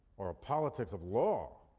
or a politics of law,